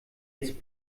jetzt